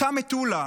אותה מטולה,